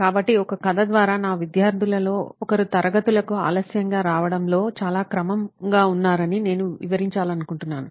కాబట్టి ఒక కథ ద్వారా నా విద్యార్థులలో ఒకరు తరగతులకు ఆలస్యంగా రావడంలో చాలా క్రమంగా ఉన్నారని నేను వివరించాలనుకుంటున్నాను